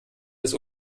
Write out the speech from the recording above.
des